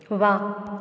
वा